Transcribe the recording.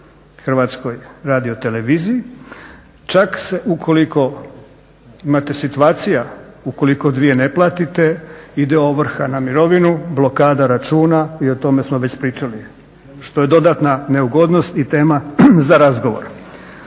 pristojbu televiziji HRT-u, čak se ukoliko imate situacija ukoliko dvije ne platite ide ovrha na mirovinu, blokada računa i o tome smo već pričali što je dodatna neugodnost i tema za razgovor.